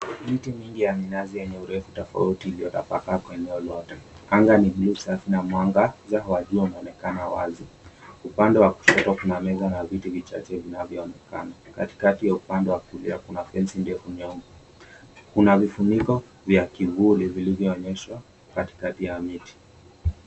Miti mingi ya minazi yenye urefu tofauti iliyotapakaa kwa eneo lote. Anga ni blue safi na mwangaza wa jua unaonekana wazi. Upande wa kushoto kuna meza na viti vichache vinavyoonekana. Katikati ya upande wa kulia kuna fensi ndefu nyeupe. Kuna vifuniko vya kivuli vilivyoonyeshwa katikati ya miti.